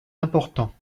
importants